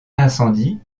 incendies